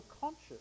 conscious